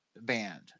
band